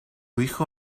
hijo